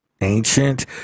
ancient